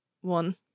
One